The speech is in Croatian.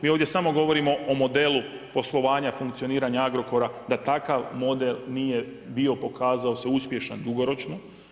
Mi ovdje samo govorimo o modelu poslovanja, funkcioniranja Agrokora da takav model nije bio pokazao se uspješan dugoročno.